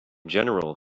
general